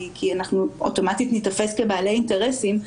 כי אנחנו אוטומטית ניתפס כבעלי אינטרסים,